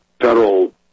federal